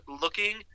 looking